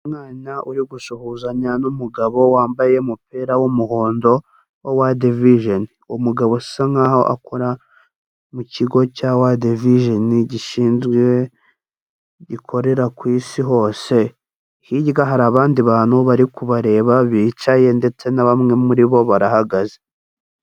Umwana uri gusuhuzanya n'umugabo wambaye umupira w'umuhondo wa World Vision. Uwo mugabo asa nk'aho akora mu kigo cya World Vision gikorera ku Isi hose. Hirya hari abandi bantu bari kubareba bicaye, ndetse na bamwe muri bo barahagaze.